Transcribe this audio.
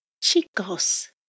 Chicos